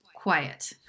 quiet